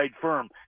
firm